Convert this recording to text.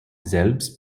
selbst